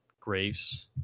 Graves